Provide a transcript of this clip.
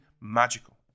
magical